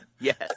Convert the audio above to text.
Yes